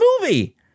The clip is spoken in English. movie